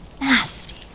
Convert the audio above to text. nasty